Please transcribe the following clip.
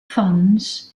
funds